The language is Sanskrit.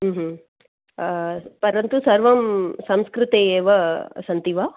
परन्तु सर्वं संस्कृते एव सन्ति वा